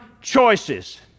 choices